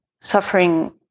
Suffering